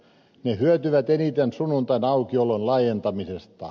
ne hyötyvät eniten sunnuntain aukiolon laajentamisesta